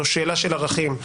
זו שאלה של ערכים.